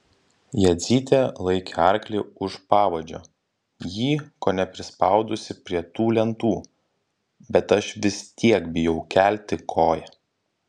jadzytė laikė arklį už pavadžio jį kone prispaudusi prie tų lentų bet aš vis tiek bijau kelti koją